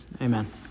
Amen